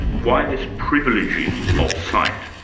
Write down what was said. why this privileging of sight?